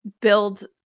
build